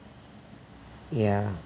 yeah